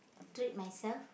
trait myself